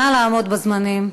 נא לעמוד בזמנים.